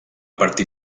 partir